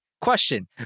Question